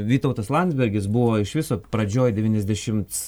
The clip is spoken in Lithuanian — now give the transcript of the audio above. vytautas landsbergis buvo iš viso pradžioj devyniasdešimts